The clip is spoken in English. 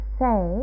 say